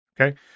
Okay